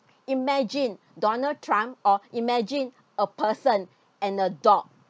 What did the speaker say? imagine donald trump or imagine a person and a dog